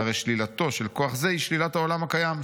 שהרי 'שלילתו של כוח זה היא שלילת העולם הקיים,